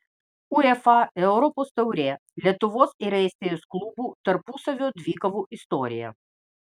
uefa europos taurė lietuvos ir estijos klubų tarpusavio dvikovų istorija